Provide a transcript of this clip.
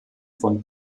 von